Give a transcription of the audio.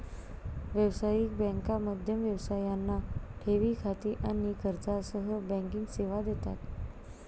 व्यावसायिक बँका मध्यम व्यवसायांना ठेवी खाती आणि कर्जासह बँकिंग सेवा देतात